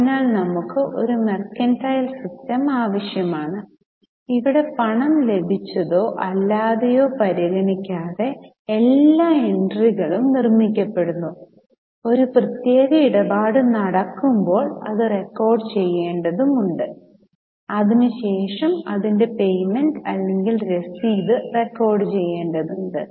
അതിനാൽ നമുക് ഒരു മെർക്കന്റൈൽ സിസ്റ്റം ആവശ്യമാണ് അവിടെ പണം ലഭിച്ചതോ അല്ലാതെയോ പരിഗണിക്കാതെ എല്ലാ എൻട്രികളും നിർമ്മിക്കപ്പെടുന്നു ഒരു പ്രത്യേക ഇടപാട് നടക്കുമ്പോൾ അത് റെക്കോർഡുചെയ്യേണ്ടതുണ്ട് അതിനുശേഷം അതിന്റെ പേയ്മെന്റ് അല്ലെങ്കിൽ രസീത് റെക്കോർഡുചെയ്യേണ്ടതുണ്ട്